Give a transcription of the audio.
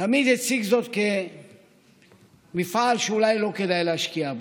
תמיד הציג זאת כמפעל שאולי לא כדאי להשקיע בו.